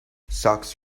socks